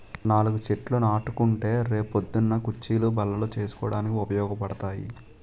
నాలుగు చెట్లు నాటుకుంటే రే పొద్దున్న కుచ్చీలు, బల్లలు చేసుకోడానికి ఉపయోగపడతాయి